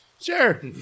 sure